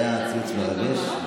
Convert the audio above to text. זה היה ציוץ מרגש,